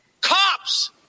Cops